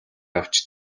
авч